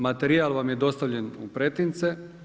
Materijal vam je dostavljen u pretince.